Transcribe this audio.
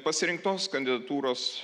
pasirinktos kandidatūros